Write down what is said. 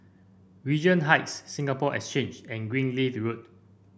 Regent Heights Singapore Exchange and Greenleaf Road